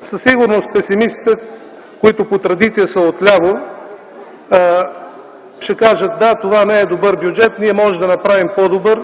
Със сигурност песимистите, които по традиция са отляво, ще кажат: „Да, това не е добър бюджет, ние можем да направим по добър”.